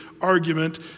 argument